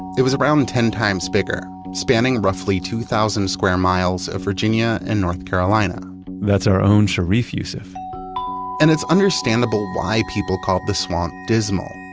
it was around ten times bigger, spanning roughly two thousand square miles of virginia and north carolina that's our own sharif youssef and it's understandable why people called the swamp dismal.